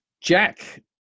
Jack